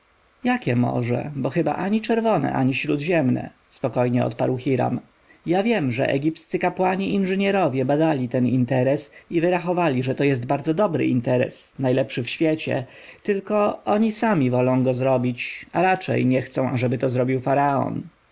jakie morze bo chyba ani czerwone ani śródziemne spokojnie odparł hiram ja wiem że egipscy kapłani-inżynierowie badali ten interes i wyrachowali że to jest bardzo dobry interes najlepszy w świecie tylko oni sami wolą go zrobić a raczej nie chcą ażeby zrobił to faraon